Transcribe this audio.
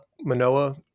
Manoa